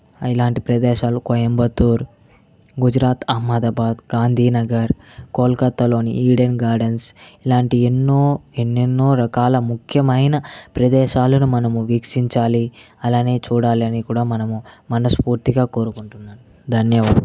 ఇలాంటి ప్రదేశాలు కోయంబత్తూర్ గుజరాత్ అహ్మదాబాద్ గాంధీనగర్ కోల్కత్తాలోని ఈడెన్ గార్డెన్స్ ఇలాంటి ఎన్నో ఎన్నెన్నో రకాల ముఖ్యమైన ప్రదేశాలను మనం వీక్షించాలి అలానే చూడాలని కూడా మనం మనస్ఫూర్తిగా కోరుకుంటున్నాను ధన్యవాదాలు